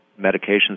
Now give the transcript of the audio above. medications